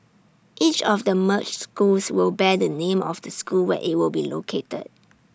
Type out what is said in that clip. each of the merged schools will bear the name of the school where IT will be located